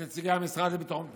את נציגי המשרד לביטחון פנים,